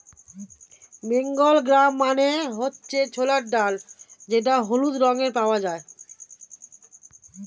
Bengal gram মানে হচ্ছে ছোলার ডাল যেটা হলুদ রঙে পাওয়া যায়